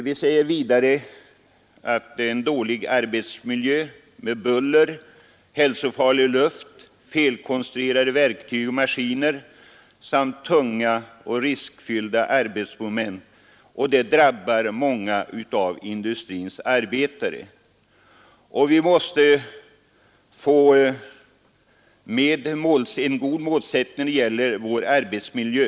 Vi påpekar vidare att en dålig arbetsmiljö med buller, hälsofarlig luft, felkonstruerade verktyg och maskiner samt tunga och riskfyllda arbetsmoment drabbar många av industrins arbetare. Vi måste få en god målsättning när det gäller vår arbetsmiljö.